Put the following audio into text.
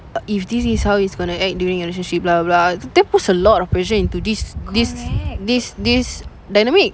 if this is how he's going to act during the relationship blah blah blah that puts a lot of pressure into this this this this dynamic